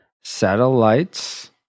satellites